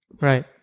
right